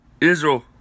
Israel